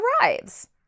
arrives